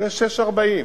עולה 6.40 שקלים.